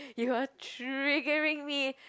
you are triggering me